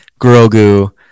Grogu